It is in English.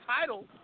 title